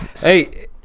Hey